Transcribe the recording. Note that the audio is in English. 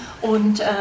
und